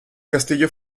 castillo